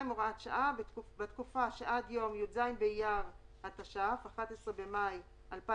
הוראת שעה 2. בתקופה שעד יום י"ז באייר התש"ף (11 במאי 2020)